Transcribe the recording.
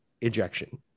ejection